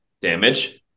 damage